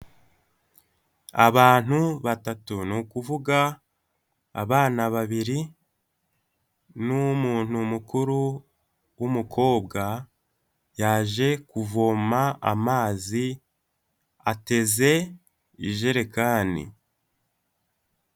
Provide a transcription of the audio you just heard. Abantu batatu ni ukuvuga abana babiri n'umuntu mukuru w'umukobwa yaje kuvoma amazi ateze ijerekani.